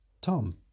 Tom